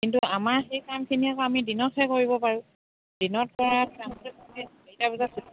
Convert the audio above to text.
কিন্তু আমাৰ সেই কামখিনি আকৌ আমি দিনতহে কৰিব পাৰোঁ দিনত কৰা কামটো বজাত